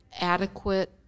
adequate